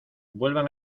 vuelvan